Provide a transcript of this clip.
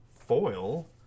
Foil